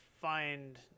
find